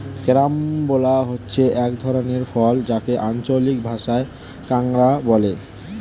carambola হচ্ছে এক ধরনের ফল যাকে আঞ্চলিক ভাষায় কামরাঙা বলে